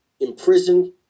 imprisoned